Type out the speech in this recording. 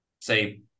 say